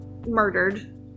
Murdered